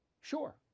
Sure